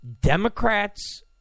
Democrats